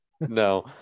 no